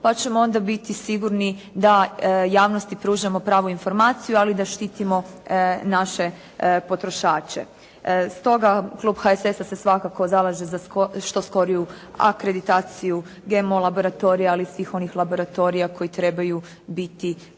pa ćemo onda biti sigurni da javnosti pružamo pravu informaciju, ali da štitimo naše potrošače. Stoga, klub HSS-a se svakako zalaže za što skoriju akreditaciju GMO laboratorija, ali i svih onih laboratorija koji trebaju biti u